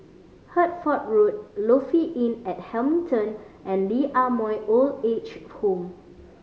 Hertford Road Lofi Inn at Hamilton and Lee Ah Mooi Old Age Home